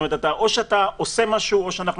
כלומר או שאתה עושה משהו או שאנחנו